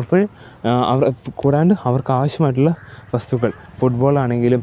അപ്പഴ് അവിടെ കൂടാണ്ട് അവർക്കാവശ്യമായിട്ടുള്ള വസ്തുക്കൾ ഫുടബോളാണെങ്കിലും